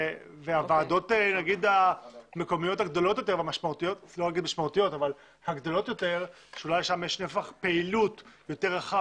הוועדות המקומיות הגדולות יותר שאולי שם יש נפח פעילות יותר רחב